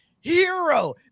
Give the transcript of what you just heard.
hero